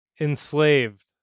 Enslaved